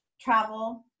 travel